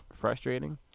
frustrating